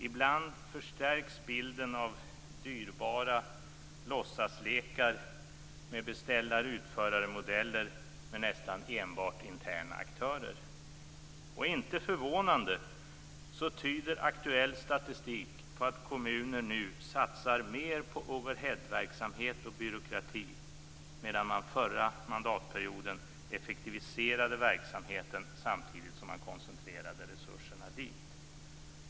Ibland förstärks bilden av dyrbara låtsaslekar med beställar-utförar-modeller med nästan enbart interna aktörer. Inte förvånande tyder aktuell statistik på att kommuner nu satsar mer på overheadverksamhet och byråkrati, medan man förra mandatperioden effektiviserade verksamheten samtidigt som man koncentrerade resurserna dit.